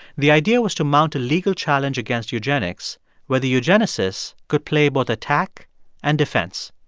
the idea was to mount a legal challenge against eugenics where the eugenicists could play both attack and defense.